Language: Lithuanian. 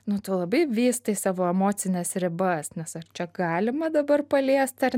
nu tu labai vystai savo emocines ribas nes ar čia galima dabar paliest ar